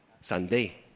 Sunday